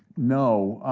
no,